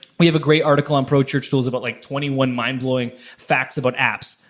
we have a great article on pro church tools about like twenty one mind blowing facts about apps.